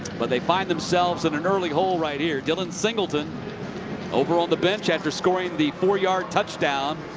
but they find themselves in an early hole right here. dylan singleton over on the bench after scoring the four-yard touchdown.